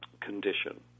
condition